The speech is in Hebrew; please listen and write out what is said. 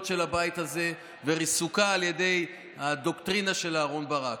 של הבית הזה וריסוקן על ידי הדוקטרינה של אהרן ברק.